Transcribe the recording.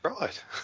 right